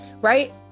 right